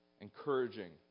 encouraging